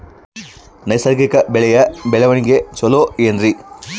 ನೈಸರ್ಗಿಕ ಬೆಳೆಯ ಬೆಳವಣಿಗೆ ಚೊಲೊ ಏನ್ರಿ?